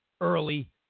early